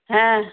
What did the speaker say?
হ্যাঁ